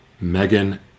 Megan